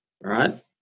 right